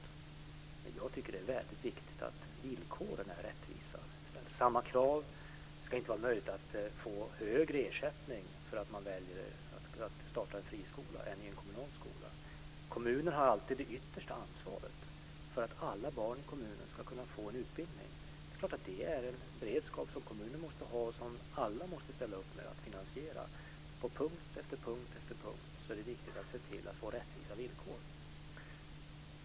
Men jag tycker att det är väldigt viktigt att villkoren är rättvisa: att det ställs samma krav och att det inte är möjligt att få högre ersättning för att man väljer att starta en friskola i stället för att ha en kommunal skola. Kommunen har alltid det yttersta ansvaret för att alla barn i kommunen ska kunna få en utbildning. Det är en beredskap som kommunen måste ha och som alla måste ställa upp och finansiera. På punkt efter punkt är det viktigt att se till att få rättvisa villkor.